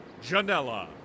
Janela